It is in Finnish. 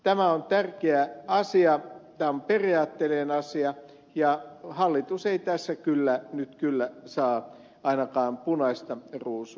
tämä on tärkeä asia tämä on periaatteellinen asia ja hallitus ei tässä nyt kyllä saa ainakaan punaista ruusua